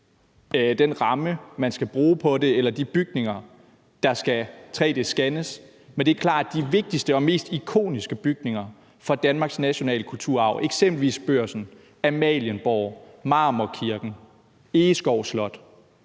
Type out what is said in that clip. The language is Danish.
den ramme, man specifikt skal bruge på det, eller de bygninger, der skal tre-d scannes. Men det er klart, at de vigtigste og de mest ikoniske bygninger for Danmarks nationale kulturarv, eksempelvis Børsen, Amalienborg, Marmorkirken, Egeskov Slot,